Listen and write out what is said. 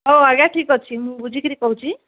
ହେଉ ଆଜ୍ଞା ଠିକ ଅଛି ମୁଁ ବୁଝିକରି କହୁଛି